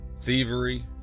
thievery